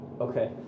Okay